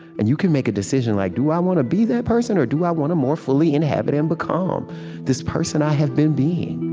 and you can make a decision like, do i want to be that person, or do i want to more fully inhabit and become this person i have been being?